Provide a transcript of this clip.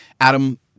Adam